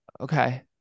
Okay